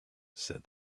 said